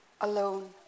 alone